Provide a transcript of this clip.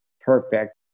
Perfect